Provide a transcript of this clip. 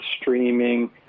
streaming